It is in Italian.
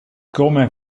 come